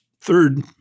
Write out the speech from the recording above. third